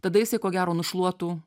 tada jisai ko gero nušluotų